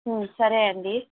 సరే అండీ